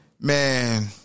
Man